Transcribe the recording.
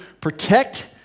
protect